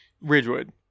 Ridgewood